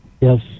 Yes